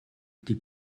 die